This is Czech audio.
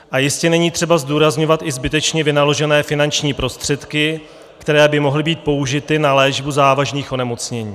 A jistě není třeba zdůrazňovat i zbytečně vynaložené finanční prostředky, které by mohly být použity na léčbu závažných onemocnění.